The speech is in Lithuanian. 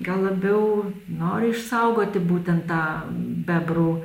gal labiau nori išsaugoti būtent tą bebrų